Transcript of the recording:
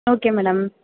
okay madam